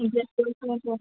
ഇല്ല ചോദിക്കുമ്പോൾ പോവാം